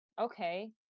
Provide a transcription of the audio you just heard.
okay